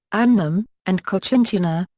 annam, and cochinchina,